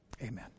Amen